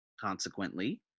consequently